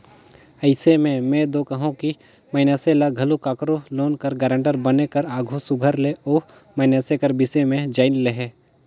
अइसे में में दो कहूं कि मइनसे ल घलो काकरो लोन कर गारंटर बने कर आघु सुग्घर ले ओ मइनसे कर बिसे में जाएन लेहे